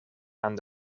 aan